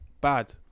bad